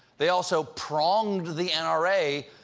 they also pronged the n r a.